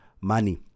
money